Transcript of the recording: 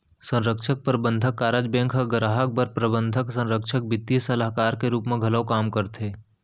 संरक्छक, परबंधक, कारज बेंक ह गराहक बर प्रबंधक, संरक्छक, बित्तीय सलाहकार के रूप म घलौ काम करथे